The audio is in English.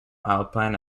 alpine